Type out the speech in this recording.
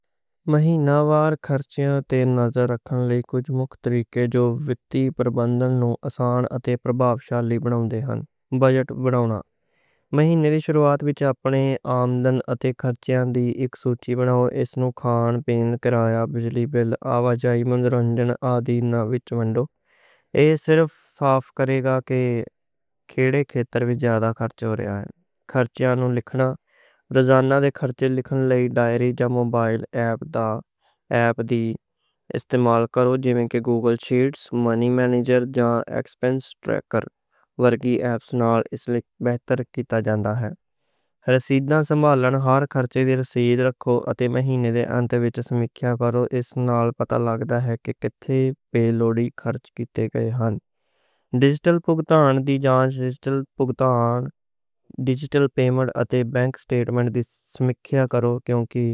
مہیناواری خرچیاں تے نظر رکھن لئی کچھ مکھ طریقے۔ وِتی پرابندھن نوں آسان اتے پربھاوشالی بناؤن لئی بجٹ بنا لو۔ رسیداں سنبھالو۔ ہر خرچے دی رسید رکھو اتے مہینے دے انت وچ سمیکھیہ کرو۔ اس نال پتہ لگے گا کہ کتھے پیسے خرچ کِتے گئے نیں۔ ڈیجیٹل پیمنٹ اتے بینک سٹیٹمنٹ دی سمیکھیہ کرو کیونکہ ریکارڈ لکھن لئی موبائل ایپ یا ڈیسک ٹاپ تے سپریڈ شیٹ سیٹ اپ کرو۔ سمری بنے گی اتے ایکسپینس کٹیگرائز کر کے کرونولوجکل ترتیب وچ وکھاؤ کرو، ایہ ٹریکنگ کرنے نوں آسان کرے گا۔